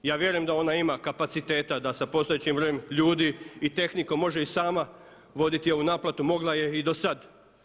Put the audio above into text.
Ja vjerujem da ona ima kapaciteta da sa postojećim brojem ljudi i tehnikom može i sama voditi ovu naplatu, mogla je i dosad.